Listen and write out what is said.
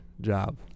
job